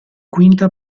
quinta